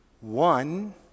one